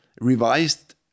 revised